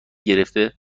گرفته